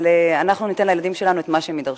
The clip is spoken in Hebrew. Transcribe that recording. אנחנו ניתן לילדים שלנו את מה שהם ידרשו.